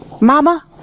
Mama